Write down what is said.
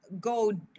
go